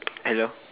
hello